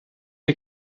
les